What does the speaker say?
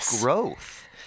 growth